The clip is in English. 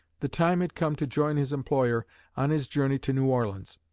the time had come to join his employer on his journey to new orleans,